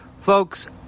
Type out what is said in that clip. Folks